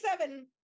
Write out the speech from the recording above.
seven